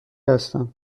هستم